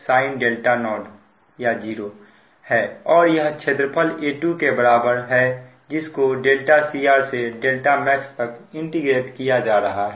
यानी K1 Pmax sin 0 है और यह क्षेत्रफल A2 के बराबर है जिसको cr से max तक इंटीग्रेट किया जा रहा है